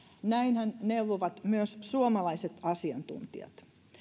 näinhän neuvovat myös suomalaiset asiantuntijat